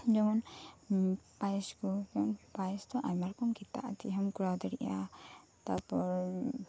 ᱡᱮᱢᱚᱱ ᱯᱟᱭᱮᱥ ᱠᱚ ᱯᱟᱭᱮᱥ ᱫᱚ ᱟᱭᱢᱟ ᱨᱚᱠᱚᱢ ᱟᱨ ᱠᱤ ᱫᱟᱜ ᱟᱛᱮᱜ ᱦᱚᱸᱢ ᱠᱚᱨᱟᱣ ᱫᱟᱲᱮᱜᱼᱟ ᱛᱟᱨ ᱯᱚᱨ